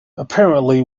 apparently